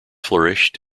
flourished